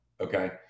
okay